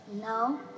No